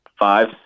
Five